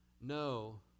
No